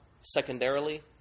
secondarily